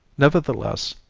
nevertheless,